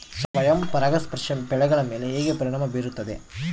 ಸ್ವಯಂ ಪರಾಗಸ್ಪರ್ಶ ಬೆಳೆಗಳ ಮೇಲೆ ಹೇಗೆ ಪರಿಣಾಮ ಬೇರುತ್ತದೆ?